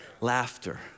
Laughter